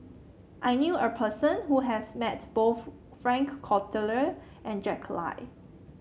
I knew a person who has met both Frank Cloutier and Jack Lai